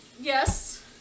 Yes